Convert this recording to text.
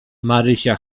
marysia